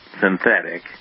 synthetic